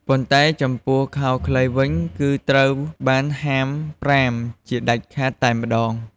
ប៉ុន្តែចំពោះខោខ្លីវិញ គឺត្រូវបានហាមប្រាមជាដាច់ខាតតែម្ដង។